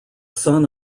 son